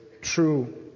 true